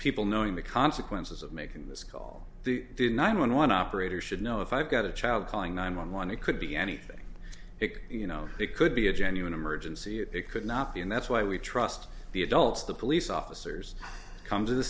people knowing the consequences of making this call nine one one operator should know if i got a child calling nine one one it could be anything you know it could be a genuine emergency it could not be and that's why we trust the adults the police officers come to the